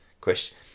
Question